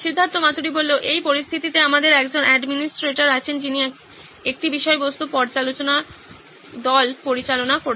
সিদ্ধার্থ মাতুরি এই পরিস্থিতিতে আমাদের একজন অ্যাডমিনিস্ট্রেটর আছেন যিনি একটি বিষয়বস্তু পর্যালোচনা দল পরিচালনা করছেন